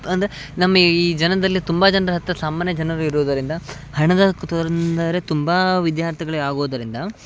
ಅಂದರೆ ನಮ್ಮ ಈ ಈ ಜನದಲ್ಲಿ ತುಂಬ ಜನ್ರ ಹತ್ತಿರ ಸಾಮಾನ್ಯ ಜನರು ಇರುವುದರಿಂದ ಹಣದ ತುಂಬ ವಿದ್ಯಾರ್ಥಿಗಳೇ ಆಗೋದರಿಂದ